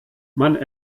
man